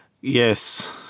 Yes